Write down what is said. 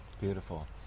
Beautiful